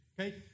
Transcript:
okay